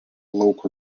lauko